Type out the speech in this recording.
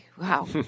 Wow